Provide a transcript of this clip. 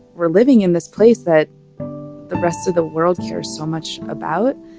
we're living in this place that the rest of the world cares so much about,